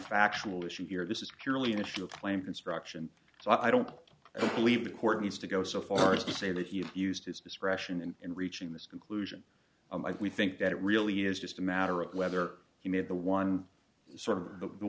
factual issue here this is purely an issue of claim construction so i don't believe the court needs to go so far as to say that you used his discretion and in reaching this conclusion we think that it really is just a matter of whether he made the one sort of